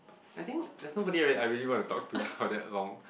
I think there's nobody I really want to talk to for that long